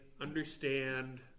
understand